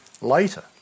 later